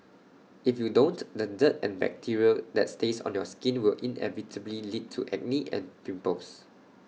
if you don't the dirt and bacteria that stays on your skin will inevitably lead to acne and pimples